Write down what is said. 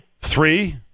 Three